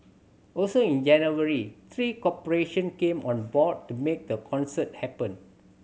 also in January three corporation came on board to make the concert happen